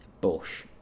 Bush